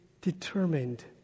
determined